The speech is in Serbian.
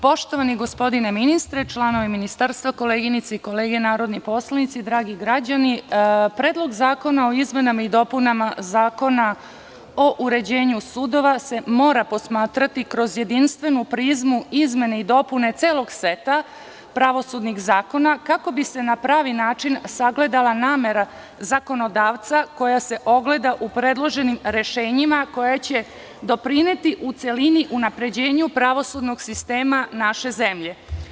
Poštovani gospodine ministre, članovi ministarstva, koleginice i kolege narodni poslanici, dragi građani, Predlog zakona o izmenama i dopunama Zakona o uređenju sudova se mora posmatrati kroz jedinstvenu prizmu izmene i dopune celog seta pravosudnih zakona kako bi se na pravi način sagledala namera zakonodavca koja se ogleda u predloženim rešenjima koji će doprineti u celini unapređenju pravosudnog sistema naše zemlje.